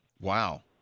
Wow